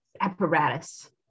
apparatus